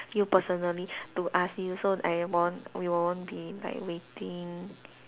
you personally to ask you so I won't we won't be like waiting